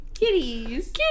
Kitties